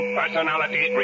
personality